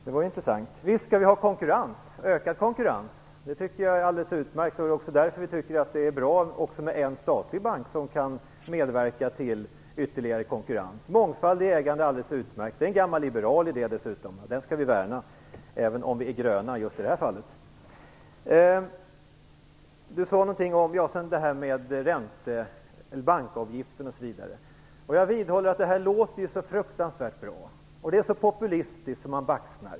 Herr talman! Visst skall vi ha ökad konkurrrens. Det är alldeles utmärkt. Det är ju därför vi tycker att det är bra med en statlig bank som kan medverka till ytterligare konkurrens. Mångfald i ägande är alldeles utmärkt. Det är en gammal liberal idé som vi skall värna om även om vi är gröna. Så till frågan om bankavgifterna. Det hela låter ju så bra. Det är så populistiskt att man baxnar.